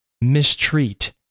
mistreat